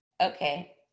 Okay